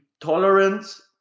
tolerance